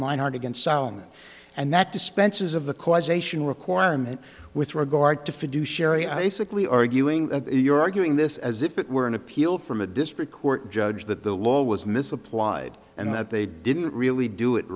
heart against solomon and that dispenses of the causation requirement with regard to fiduciary i sickly arguing you're arguing this as if it were an appeal from a district court judge that the law was misapplied and that they didn't really do it